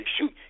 shoot